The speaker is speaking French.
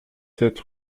sept